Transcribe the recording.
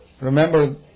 Remember